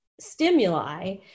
stimuli